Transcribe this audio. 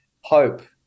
hope